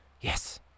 yes